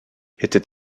était